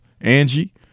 Angie